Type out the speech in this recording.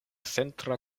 centra